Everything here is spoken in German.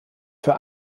für